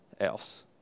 else